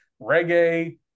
reggae